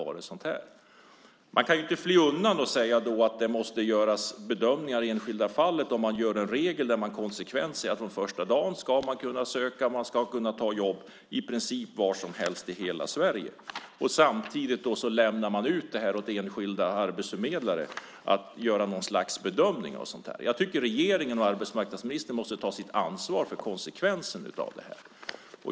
Man kan inte fly undan och säga att det måste göras bedömningar i enskilda fall. Man gör en regel och säger att man konsekvent från första dagen ska kunna söka och ta jobb i princip var som helst i hela Sverige. Samtidigt lämnar man åt enskilda arbetsförmedlare att göra en bedömning av detta. Jag tycker att regeringen och arbetsmarknadsministern måste ta sitt ansvar för konsekvenserna av detta.